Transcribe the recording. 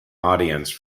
audience